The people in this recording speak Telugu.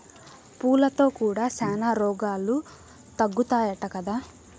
పూలతో కూడా శానా రోగాలు తగ్గుతాయట కదా